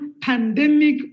pandemic